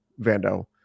Vando